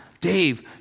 Dave